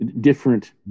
different